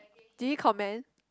did he comment